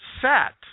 set